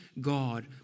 God